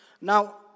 Now